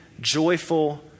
joyful